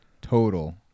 total